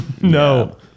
no